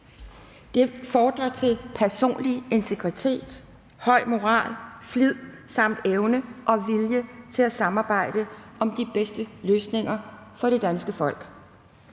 Det fordrer personlig integritet, høj moral, flid, samt evne og vilje til at samarbejde om de bedste løsninger for det danske folk.